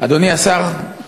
אדוני השר,